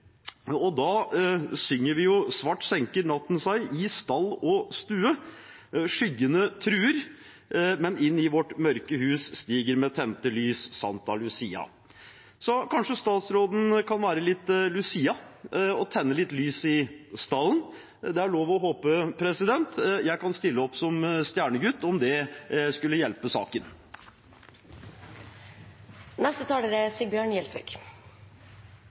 og da synger vi: «Svart senker natten seg I stall og stue Solen har gått sin vei, Skyggene truer Inn i vårt mørke hus Stiger med tente lys, Santa Lucia, Santa Lucia». Så kanskje statsråden kan være litt Lucia og tenne litt lys i stallen. Det er lov å håpe. Jeg kan stille opp som stjernegutt, om det kunne hjelpe